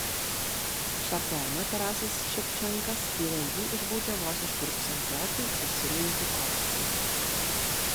šią poemą tarasas ševčenka skyrė jį iš baudžiavos išpirkusiam poetui vasilijui žukovskiui